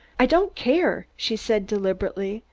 i don't care, she said deliberately,